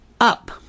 up